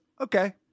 Okay